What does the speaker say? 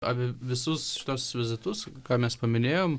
apie visus tuos vizitus ką mes paminėjom